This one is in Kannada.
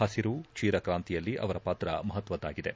ಹಸಿರು ಕ್ಷೀರ ಕಾಂತಿಯಲ್ಲಿ ಅವರ ಪಾತ್ರ ಮಹತ್ವದ್ದಾಗಿದೆ